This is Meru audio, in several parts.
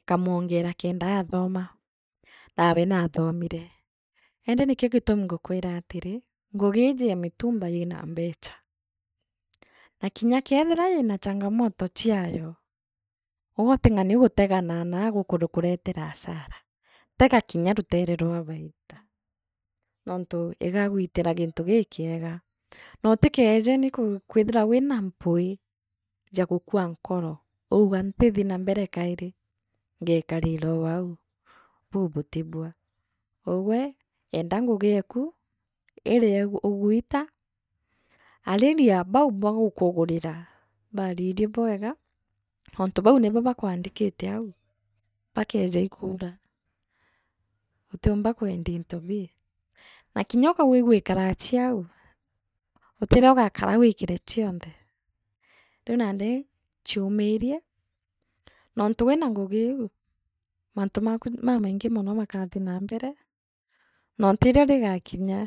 Nkaamwongera kendaathuma nawe naathomire indi nikio gitumi mg’ukwira atiri ngugiijiri ya mitumba yina mbecha na kinya kethira yina changamoto chiayo ugwe uting’ani gutega na naa gugukuretera asara tiga kinya rutere rwa baita nontu igagwitira gintu gikiega nootikeje niku kwithira wina mpwi ya gukua nkonouuga ntithi na mbere kairi ngekariira ooau buu buutibua ugwe enda ngugi eku iria ugwita aariria bau bagukugurira baaririe bwiga nontu bau nibo bakwaandikitiau baakeja iikura utiumba kwendia iintobii na kinyokauga igwikarechio au utiriogakara wikire chionthe riu nandi chumirie nontu wina ngugiu mantu makuma mamaingi makathi na mbene nootikirio riigakinya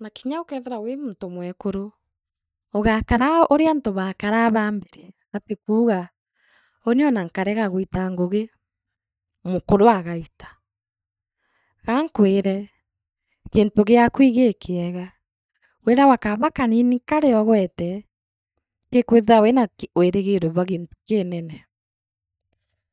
na kinyokethira wi muntu mwekuru ugakara oo aria antu baakaraa ba mbele eti kuuga uuni ona nkanga gwita ngugi mukuru agaita gaankwire gintu giaku igikiega wiragwa kaba kanini kariogwete ki kwithira wina ki wirigiro bwa gintu kinene.